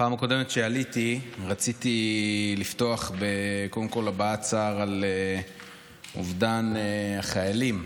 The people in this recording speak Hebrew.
בפעם הקודמת שעליתי רציתי לפתוח קודם כול בהבעת צער על אובדן החיילים